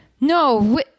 No